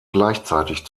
gleichzeitig